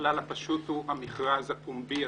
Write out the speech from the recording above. הכלל הפשוט הוא המכרז הפומבי,